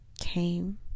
came